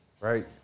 right